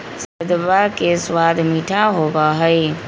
शकरकंदवा के स्वाद मीठा होबा हई